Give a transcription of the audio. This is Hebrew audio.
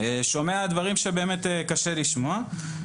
אני שומע דברים שבאמת קשה לשמוע.